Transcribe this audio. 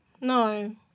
No